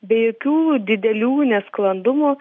be jokių didelių nesklandumų